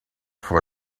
for